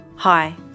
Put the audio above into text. Hi